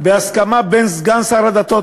בהסכמה בין סגן שר הדתות,